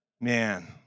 Man